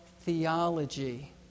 theology